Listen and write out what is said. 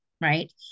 right